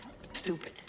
stupid